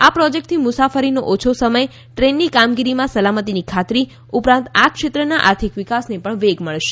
આ પ્રોજેક્ટથી મુસાફરીનો ઓછો સમય ટ્રેનની કામગીરીમાં સલામતીની ખાતરી ઉપરાંત ક્ષેત્રના આર્થિક વિકાસને પણ વેગ મળશે